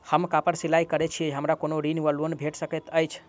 हम कापड़ सिलाई करै छीयै हमरा कोनो ऋण वा लोन भेट सकैत अछि?